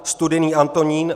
Studený Antonín